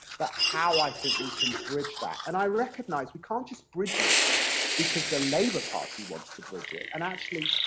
but how i think we can bridge that. and i recognise, we can't just bridge it because the labour party wants to bridge it, and actually,